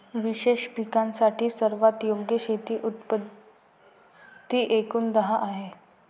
विशेष पिकांसाठी सर्वात योग्य शेती पद्धती एकूण दहा आहेत